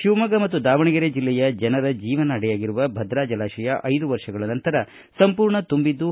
ಶಿವಮೊಗ್ಗ ಮತ್ತು ದಾವಣಗೆರೆ ಜಿಲ್ಲೆಯ ಜನರ ಜೀವನಾಡಿಯಾಗಿರುವ ಭದ್ರಾ ಜಲಾಶಯ ಐದು ವರ್ಷಗಳ ನಂತರ ಸಂಪೂರ್ಣ ತುಂಬಿದ್ದು